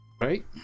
right